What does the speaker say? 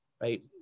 right